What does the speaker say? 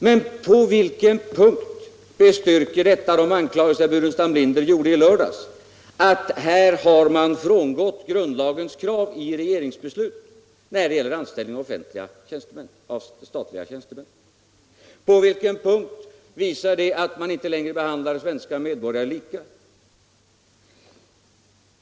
Men på vilket sätt bestyrker detta de anklagelser som herr Burenstam Linder gjorde i lördags att man i regeringens beslut har frångått grundlagens krav när det gäller anställning av statliga tjänstemän? På vilken punkt visar det att man inte längre behandlar svenska medborgare lika?